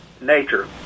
nature